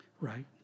right